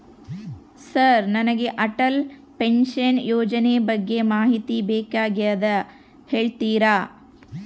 Sir ನನಗೆ Atal pension ಯೋಜನೆ ಬಗ್ಗೆ ಮಾಹಿತಿ ಬೇಕಾಗ್ಯದ ಹೇಳ್ತೇರಾ?